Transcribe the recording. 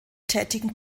tätigen